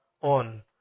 on